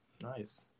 nice